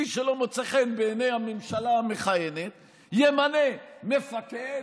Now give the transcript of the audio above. מי שלא מוצא חן בעיני הממשלה המכהנת ימנה מפקד,